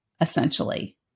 essentially